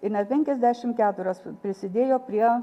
ir net penkiasdešimt keturios prisidėjo prie